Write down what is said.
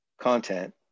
content